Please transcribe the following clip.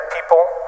people